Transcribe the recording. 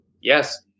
yes